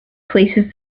places